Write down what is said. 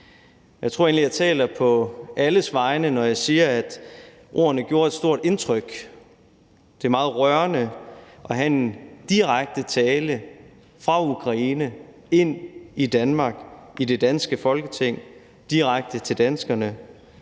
Jeg tror egentlig, at jeg taler på alles vegne, når jeg siger, at ordene gjorde et stort indtryk. Det var meget rørende at høre en direkte tale fra Ukraine til Danmark i det danske Folketing og direkte til danskerne